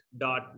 dot